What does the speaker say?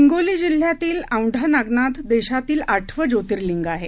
हिंगोली जिल्ह्यातील औंढा नागनाथ देशातील आठवे ज्योतिर्लिंग आहे